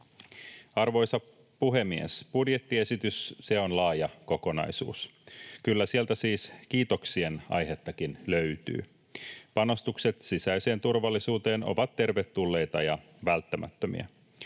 Arvoisa puhemies! Budjettiesitys on laaja kokonaisuus. Kyllä sieltä siis kiitoksien aihettakin löytyy. Panostukset sisäiseen turvallisuuteen ovat tervetulleita ja välttämättömiä.